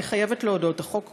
אני חייבת להודות: החוק,